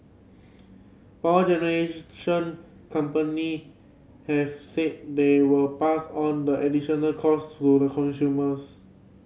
power generation company have said they will pass on the additional costs to the consumers